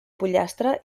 pollastre